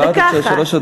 עברת את שלוש הדקות.